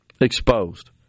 exposed